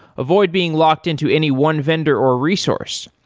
avoid being locked into any one vendor or resource.